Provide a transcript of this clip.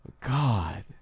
God